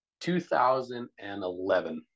2011